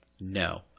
no